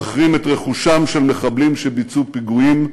נחרים את רכושם של מחבלים שביצעו פיגועים,